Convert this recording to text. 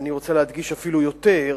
אני רוצה להדגיש אפילו יותר,